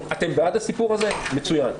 אתם בעד הסיפור הזה מצוין.